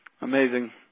Amazing